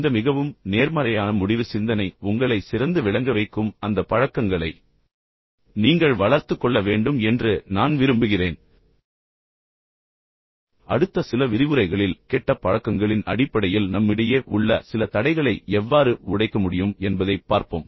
இந்த மிகவும் நேர்மறையான முடிவு சிந்தனை உங்களை சிறந்து விளங்க வைக்கும் அந்த பழக்கங்களை நீங்கள் வளர்த்துக் கொள்ள வேண்டும் என்று நான் விரும்புகிறேன் அடுத்த சில விரிவுரைகளில் கெட்ட பழக்கங்களின் அடிப்படையில் நம்மிடையே உள்ள சில தடைகளை எவ்வாறு உடைக்க முடியும் என்பதைப் பார்ப்போம்